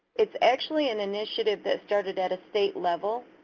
it's actually an initiative that started at a state level